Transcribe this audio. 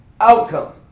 Outcome